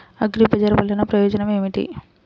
అగ్రిబజార్ వల్లన ప్రయోజనం ఏమిటీ?